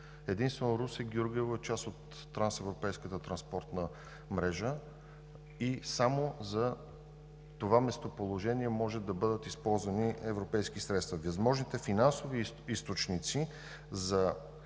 Единствено Русе – Гюргево е част от трансевропейската транспортна мрежа и само за това местоположение може да бъдат използвани европейски средства. Възможните финансови източници за